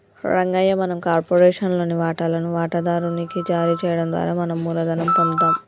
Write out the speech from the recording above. రంగయ్య మనం కార్పొరేషన్ లోని వాటాలను వాటాదారు నికి జారీ చేయడం ద్వారా మనం మూలధనం పొందుతాము